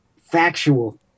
factual